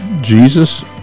Jesus